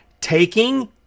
Taking